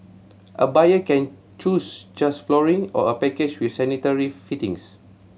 a buyer can choose just flooring or a package with sanitary fittings